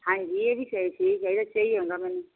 ਹਾਂਜੀ ਇਹ ਵੀ ਸਹੀ ਸਹੀ ਆਉਂਦਾ ਮੈਨੂੰ